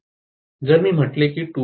जर मी म्हटले की हे 2